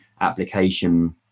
application